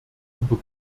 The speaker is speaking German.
über